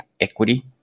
equity